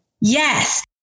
Yes